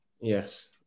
Yes